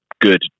good